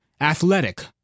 Athletic